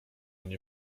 nie